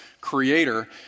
creator